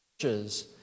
churches